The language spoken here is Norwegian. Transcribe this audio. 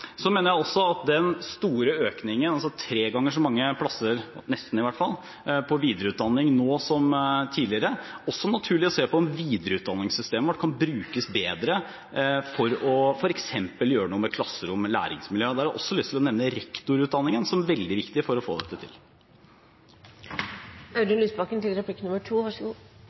altså nesten tre ganger så mange plasser på videreutdanning nå som tidligere, og det er også naturlig å se på om videreutdanningssystemet vårt kan brukes bedre, f.eks. for å gjøre noe med klasseroms- og læringsmiljøet. Der har jeg også lyst til å nevne rektorutdanningen som veldig viktig for å få dette